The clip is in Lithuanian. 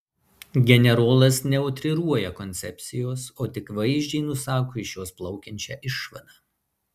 generolas neutriruoja koncepcijos o tik vaizdžiai nusako iš jos plaukiančią išvadą